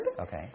Okay